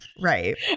right